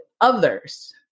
others